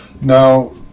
Now